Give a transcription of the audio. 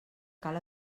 cal